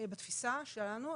בתפיסה שלנו,